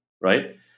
right